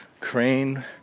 Crane